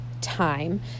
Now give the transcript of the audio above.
time